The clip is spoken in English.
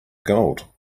gold